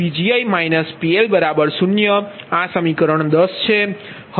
i1mPgi PL0 આ સમીકરણ 10 છે